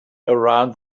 around